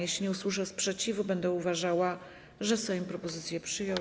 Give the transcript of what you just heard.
Jeśli nie usłyszę sprzeciwu, będę uważała, że Sejm propozycję przyjął.